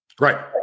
Right